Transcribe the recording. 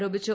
ആരോപിച്ചു